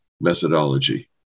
methodology